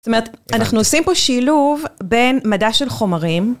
זאת אומרת, אנחנו עושים פה שילוב בין מדע של חומרים.